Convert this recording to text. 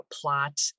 plot